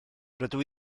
rydw